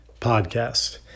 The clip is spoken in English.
podcast